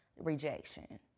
rejection